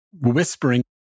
whispering